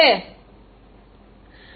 மாணவர் ஐயா